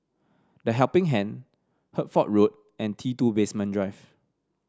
The Helping Hand Hertford Road and T two Basement Drive